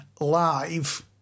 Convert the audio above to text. Live